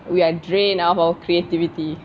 we are drained out of creativity